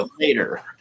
later